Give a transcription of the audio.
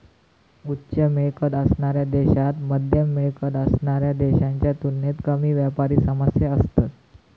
उच्च मिळकत असणाऱ्या देशांत मध्यम मिळकत असणाऱ्या देशांच्या तुलनेत कमी व्यापारी समस्या असतत